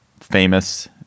famous